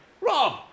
Rob